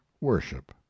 worship